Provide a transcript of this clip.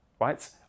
right